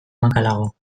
makalago